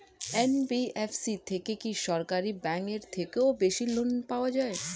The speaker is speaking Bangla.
এন.বি.এফ.সি থেকে কি সরকারি ব্যাংক এর থেকেও বেশি লোন পাওয়া যায়?